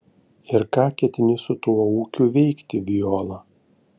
ir ką ketini su tuo ūkiu veikti viola